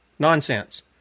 Nonsense